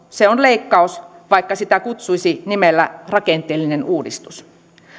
on leikkaus vaikka sitä kutsuisi nimellä rakenteellinen uudistus kertooko